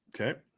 Okay